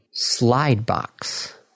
Slidebox